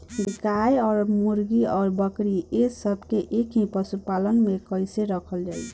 गाय और मुर्गी और बकरी ये सब के एक ही पशुपालन में कइसे रखल जाई?